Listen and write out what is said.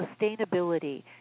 sustainability